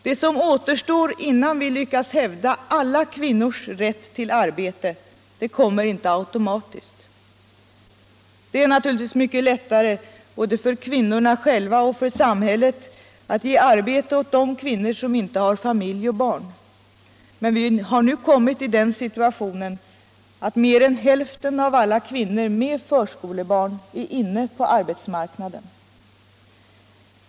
Det som återstår innan vi lyckats hävda alla kvinnors rätt till arbete - det kommer inte automatiskt. Det är naturligtvis mycket lättare både för kvinnorna själva och för samhället att ge arbete åt de kvinnor som inte har familj och barn. Vi har nu kommit i den situationen att mer än hälften av alla kvinnor med förskolebarn är inne på arbetsmarknaden.